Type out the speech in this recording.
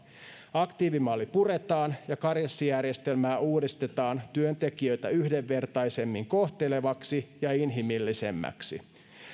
aktiivimalli puretaan ja karenssijärjestelmää uudistetaan työntekijöitä yhdenvertaisemmin kohtelevaksi ja inhimillisemmäksi